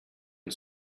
and